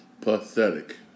pathetic